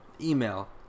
email